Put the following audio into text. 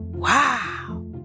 Wow